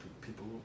people